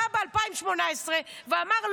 בא ב-2018 ואמר,